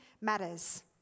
matters